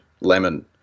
lemon